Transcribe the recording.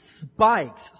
spikes